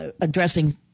addressing